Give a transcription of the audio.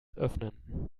öffnen